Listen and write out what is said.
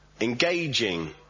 engaging